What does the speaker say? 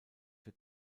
für